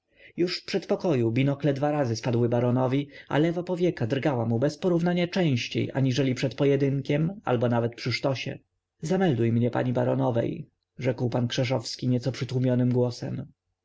już w przedpokoju binokle dwa razy spadły baronowi a lewa powieka drgała mu bezporównania częściej aniżeli przed pojedynkiem albo nawet przy sztosie zamelduj mnie pani baronowej rzekł pan krzeszowski nieco przytłumionym głosem